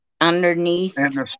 Underneath